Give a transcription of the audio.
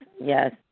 yes